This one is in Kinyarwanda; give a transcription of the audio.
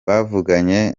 bavuganye